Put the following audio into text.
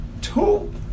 Two